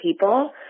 people